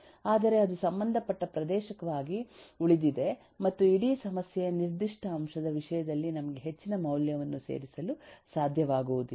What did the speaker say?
ಆದರೆ ಇದು ಸಂಬಂಧಪಟ್ಟ ಪ್ರದೇಶವಾಗಿ ಉಳಿದಿದೆ ಮತ್ತು ಇಡೀ ಸಮಸ್ಯೆಯ ನಿರ್ದಿಷ್ಟ ಅಂಶದ ವಿಷಯದಲ್ಲಿ ನಮಗೆ ಹೆಚ್ಚಿನ ಮೌಲ್ಯವನ್ನು ಸೇರಿಸಲು ಸಾಧ್ಯವಾಗುವುದಿಲ್ಲ